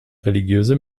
religiöse